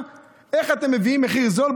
איך אתם מביאים מחיר זול,